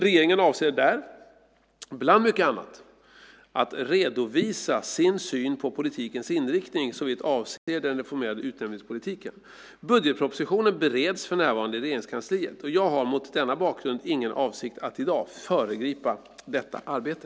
Regeringen avser där, bland mycket annat, att redovisa sin syn på politikens inriktning såvitt avser den reformerade utnämningspolitiken. Budgetpropositionen bereds för närvarande i Regeringskansliet. Jag har, mot denna bakgrund, ingen avsikt att i dag föregripa detta arbete.